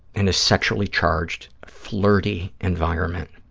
and a sexually charged, flirty environment